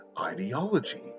ideology